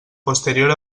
posterior